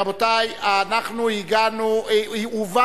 רבותי, הובא